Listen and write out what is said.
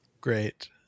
Great